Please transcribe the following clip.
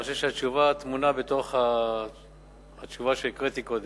אני חושב שהתשובה טמונה בתשובה שהקראתי קודם.